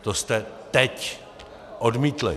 To jste teď odmítli!